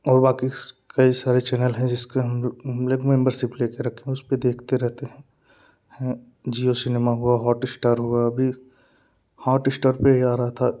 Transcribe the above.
और बाकि कई सारे चैनल हैं जिसके हम मिल्क मेम्बरसिप लेकर रखे उस पर देखते रहते हैं है जिओ सिनेमा हुआ हॉटइश्टार हुआ हॉटइश्टार पर ही आ रहा था